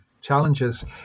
challenges